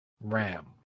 Ram